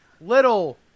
little